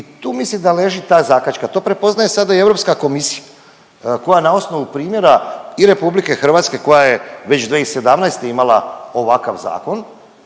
i tu mislim da leži ta zakačka, to prepoznaje sada i Europska komisija koja na osnovu primjera i RH koja je već 2017. imala ovakav zakon,